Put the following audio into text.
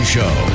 Show